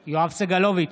סגלוביץ'